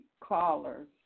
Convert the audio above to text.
callers